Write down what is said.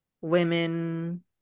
women